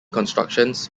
constructions